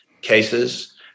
cases